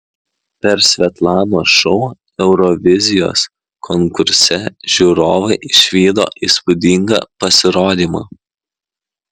per svetlanos šou eurovizijos konkurse žiūrovai išvydo įspūdingą pasirodymą